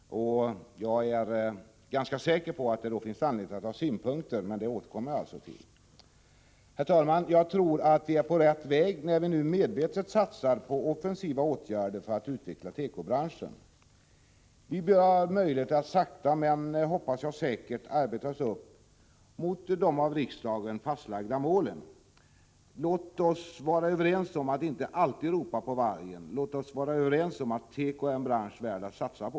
Jag är ganska säker på att det då finns anledning att ha synpunkter, men det får vi återkomma till. Herr talman! Jag tror vi är på rätt väg när vi nu medvetet satsar på offensiva åtgärder för att utveckla tekobranschen. Vi vill ha möjlighet att sakta men säkert arbeta oss upp mot de av riksdagen fastlagda målen. Låt oss vara överens om att inte alltid ”ropa på vargen”. Låt oss vara överens om att teko är en bransch värd att satsa på!